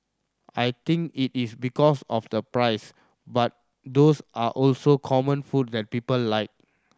I think it is because of the price but those are also common food that people like